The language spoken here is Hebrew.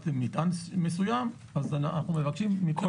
מטען מסוים אנחנו מבקשים מכל הספקים.